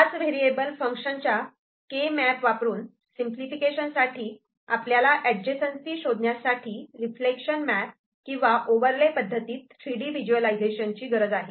पाच व्हेरिएबल फंक्शनच्या K map वापरून सिंपलिफिकेशन साठी आपल्याला अडजेसन्सी शोधण्यासाठी रिफ्लेक्शन मॅप किंवा ओवरले पद्धतीत थ्रीडी व्हिज्युअलायझेशन ची गरज आहे